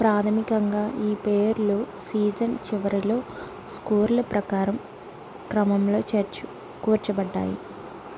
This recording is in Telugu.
ప్రాథమికంగా ఈ పేర్లు సీజన్ చివరిలో స్కోర్ల ప్రకారం క్రమంలో చేర్చు కూర్చబడ్డాయి